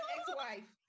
Ex-wife